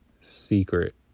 secret